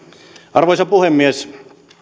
arvoisa puhemies